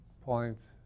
points